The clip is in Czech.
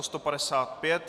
155.